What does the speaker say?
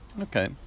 okay